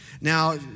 Now